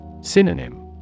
Synonym